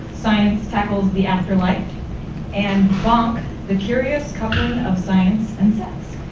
science tackles the afterlife and bonk the curious coupling of science and sex.